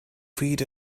feet